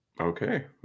okay